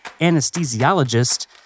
anesthesiologist